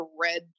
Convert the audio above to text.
red